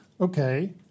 okay